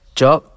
job